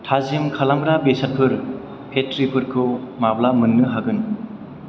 थाजिम खालामग्रा बेसादफोर पेस्त्रिफोरखौ माब्ला मोन्नो हागोन